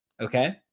Okay